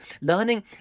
learning